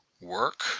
work